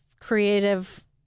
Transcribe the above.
creative